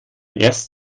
erst